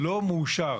לא מאושר